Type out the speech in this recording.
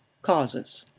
causes.